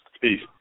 Peace